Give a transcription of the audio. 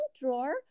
drawer